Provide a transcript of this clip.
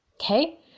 Okay